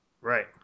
Right